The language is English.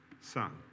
son